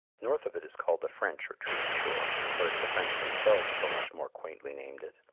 north of it is called the french or treaty shore, or as the french themselves so much more quaintly named it,